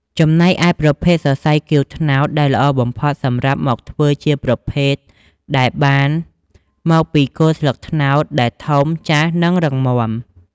ចំណែកឯប្រភេទសរសៃគាវត្នោតដែលល្អបំផុតសម្រាប់មកធ្វើជាប្រភេទដែលបានមកពីគល់ស្លឹកត្នោតដែលធំ ចាស់ និងរឹងមាំ។